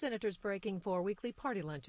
senators breaking for weekly party line